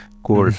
Cool